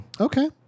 Okay